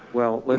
well, like